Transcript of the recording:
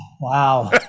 Wow